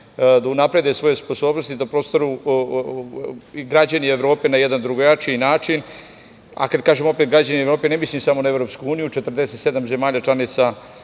da unaprede svoje sposobnosti i da postanu građani Evrope na jedan drugačiji način. Kad kažem - građani Evrope, ne mislim samo na EU. Naime, 47 zemalja članica